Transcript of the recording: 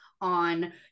on